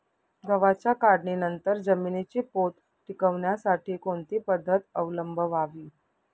गव्हाच्या काढणीनंतर जमिनीचा पोत टिकवण्यासाठी कोणती पद्धत अवलंबवावी?